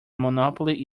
monopoly